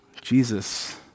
Jesus